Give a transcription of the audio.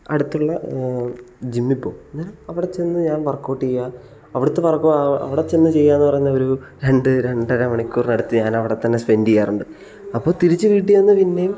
അടുത്തുള്ള ജിമ്മിൽ പോകും അവിടെ ചെന്നു ഞാൻ വർക്ക് ഔട്ട് ചെയ്യുക അവിടത്തെ വർക്ക് അവിടെ ചെന്ന് ചെയ്യുക എന്ന് പറഞ്ഞ ഒരു രണ്ട് രണ്ടര മണിക്കൂറിനടുത്ത് ഞാൻ അവിടെ തന്നെ സ്പെൻഡ് ചെയ്യാറുണ്ട് അപ്പോൾ തിരിച്ച് വീട്ടിൽ ചെന്ന് പിന്നെയും